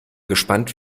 gespannt